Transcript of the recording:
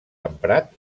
emprat